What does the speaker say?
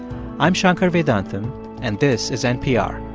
i'm shankar vedantam and this is npr